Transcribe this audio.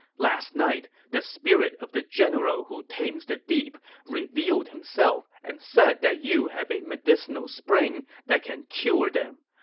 last night, the spirit of the general who tames the deep revealed himself and said that you have a medicinal spring that can cure them.